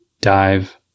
dive